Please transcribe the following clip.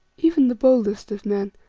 even the boldest of men,